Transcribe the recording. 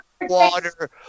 water